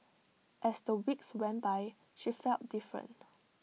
as the weeks went by she felt different